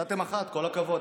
מצאתם אחת, כל הכבוד.